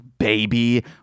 baby